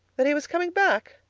that he was coming back?